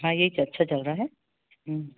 हाँ यह तो अच्छा चल रहा है हूँ